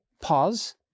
Pause